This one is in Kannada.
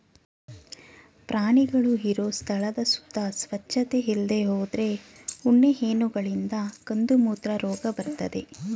ಪ್ರಾಣಿಗಳು ಇರೋ ಸ್ಥಳದ ಸುತ್ತ ಸ್ವಚ್ಚತೆ ಇಲ್ದೇ ಹೋದ್ರೆ ಉಣ್ಣೆ ಹೇನುಗಳಿಂದ ಕಂದುಮೂತ್ರ ರೋಗ ಬರ್ತದೆ